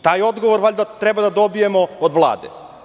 Taj odgovor treba da dobijemo od Vlade.